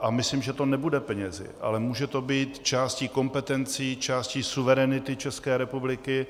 A myslím, že to nebude penězi, ale může to být částí kompetencí, částí suverenity České republiky.